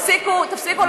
צריך את